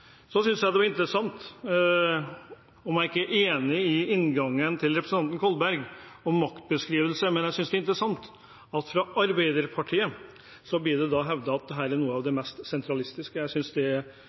synes det var interessant – om jeg ikke er enig i inngangen til representanten Kolberg om maktbeskrivelse – at det fra Arbeiderpartiet blir hevdet at dette er noe av det mest sentralistiske. Jeg synes det er